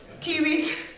kiwis